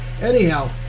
anyhow